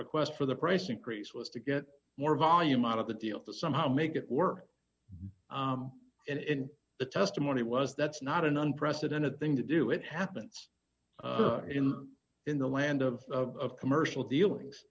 request for the price increase was to get more volume out of the deal to somehow make it work in the testimony was that's not an unprecedented thing to do it happens in the land of commercial dealings